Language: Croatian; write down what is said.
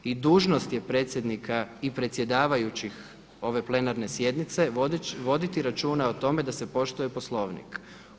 I dužnost je predsjednika i predsjedavajućih ove plenarne sjednice voditi računa o tome da se poštuje Poslovnik.